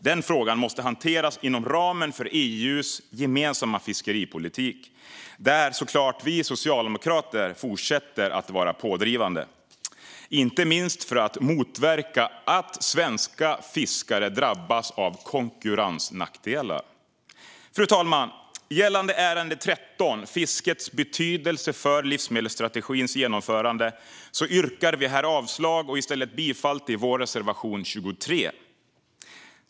Den frågan måste hanteras inom ramen för EU:s gemensamma fiskeripolitik, där vi socialdemokrater såklart fortsätter att vara pådrivande, inte minst för att motverka att svenska fiskare drabbas av konkurrensnackdelar. Fru talman! Vi yrkar avslag på utskottets förslag under punkt 13, Fiskets betydelse för livsmedelsstrategins genomförande, och bifall till vår reservation 23.